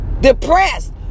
Depressed